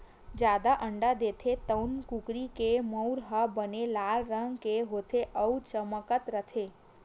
जादा अंडा देथे तउन कुकरी के मउर ह बने लाल रंग के होथे अउ चमकत रहिथे